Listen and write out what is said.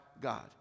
God